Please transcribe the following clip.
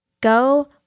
go